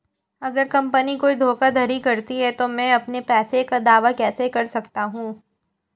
अगर कंपनी कोई धोखाधड़ी करती है तो मैं अपने पैसे का दावा कैसे कर सकता हूं?